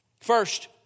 First